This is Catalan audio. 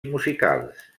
musicals